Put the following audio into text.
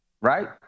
right